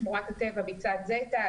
שמורת הטבע ביצת זיתא,